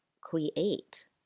create